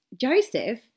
Joseph